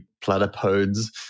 platypodes